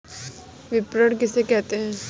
विपणन किसे कहते हैं?